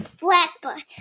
Blackbird